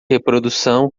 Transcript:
reprodução